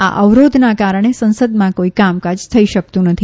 આ અવરોધના કારણે સંસદમાં કોઇ કામકાજ થઇ શકતું નથી